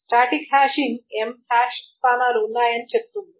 static hashing m hash స్థానాలు ఉన్నాయని చెబుతుంది